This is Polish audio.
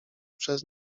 przez